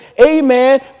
amen